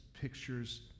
pictures